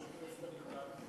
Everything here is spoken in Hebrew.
כבוד יושב-ראש הכנסת הנכבד,